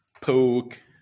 poke